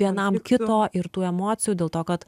vienam kito ir tų emocijų dėl to kad